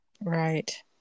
right